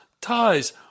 ties